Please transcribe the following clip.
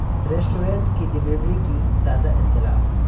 restaurant کی delivery کی تازہ اطلاع